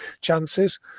chances